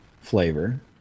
flavor